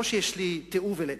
לא שאני חש תיעוב כלפיהם,